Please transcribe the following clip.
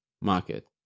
market